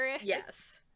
yes